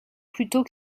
plutôt